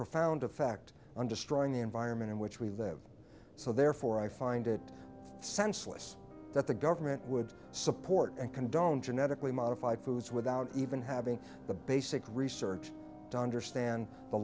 profound effect on destroying the environment in which we live so therefore i find it senseless that the government would support and condone genetically modified foods without even having the basic research to understand the